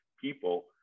people